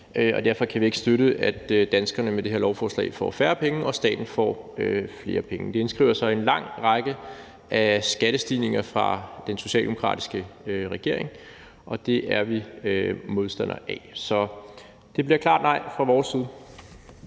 derfor kan vi ikke støtte, at danskerne med det her lovforslag får færre penge, og at staten får flere penge. Det indskriver sig i en lang række af skattestigninger fra den socialdemokratiske regering, og det er vi modstandere af. Så det bliver et klart nej fra vores side.